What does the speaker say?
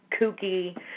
kooky